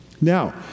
Now